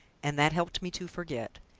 and that helped me to forget.